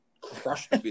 crushed